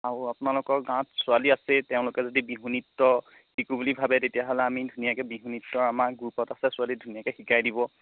আৰু আপোনালোকৰ গাঁৱত ছোৱালী আছেই তেওঁলোকে যদি বিহু নৃত্য শিকো বুলি ভাবে তেতিয়াহ'লে আমি ধুনীয়াকৈ বিহু নৃত্য আমাৰ গ্ৰুপত আছে ছোৱালী ধুনীয়াকৈ শিকাই দিব